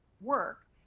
work